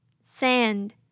Sand